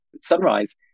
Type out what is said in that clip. sunrise